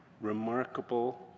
remarkable